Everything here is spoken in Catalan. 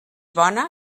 bona